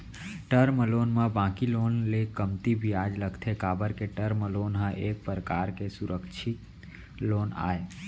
term loan म बाकी loan ले कमती बियाज लगथे काबर के टर्म लोन ह एक परकार के सुरक्छित लोन आय